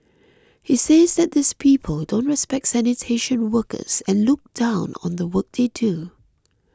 he says that these people don't respect sanitation workers and look down on the work they do